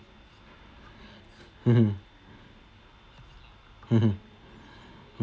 mmhmm mmhmm